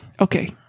Okay